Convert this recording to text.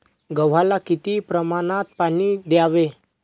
गव्हाला किती प्रमाणात पाणी द्यावे?